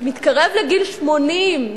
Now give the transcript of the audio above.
מתקרב לגיל 80,